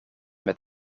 met